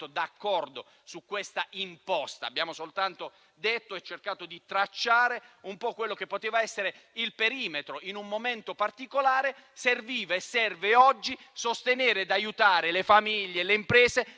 d'accordo su questa imposta; abbiamo soltanto cercato di tracciare un po' quello che poteva essere il perimetro in un momento particolare, che serviva e serve oggi a sostenere e aiutare le famiglie e le imprese